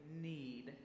need